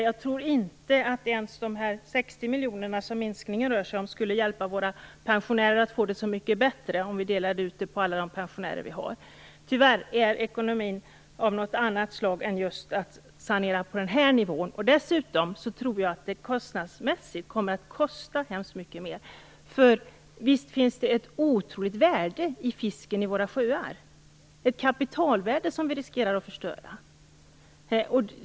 Jag tror inte att ens de 60 miljoner som minskningen rör sig om skulle hjälpa våra pensionärer att få det så mycket bättre om vi delade ut dem på alla de pensionärer vi har. Tyvärr är ekonomin sådan att det inte hjälper att sanera den på den här nivån. Dessutom tror jag att det kommer att kosta hemskt mycket mer. Det finns ju ett otroligt värde i fisken i våra sjöar. Det är ett kapitalvärde som vi riskerar att förstöra.